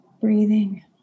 breathing